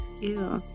Ew